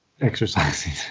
exercising